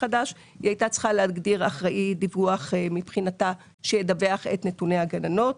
חדש - אחראי דיווח מבחינתה שידווח את נתוני הגננות.